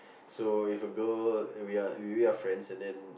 so if a girl we are we're are friends and then